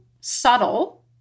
subtle